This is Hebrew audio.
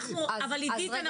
עידית,